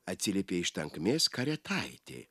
atsiliepė iš tankmės karietaitė